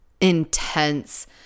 Intense